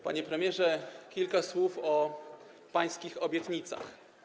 Panie premierze, kilka słów o pańskich obietnicach.